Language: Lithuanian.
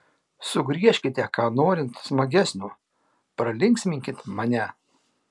sugriežkite ką norint smagesnio pralinksminkit mane